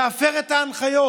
להפר את ההנחיות,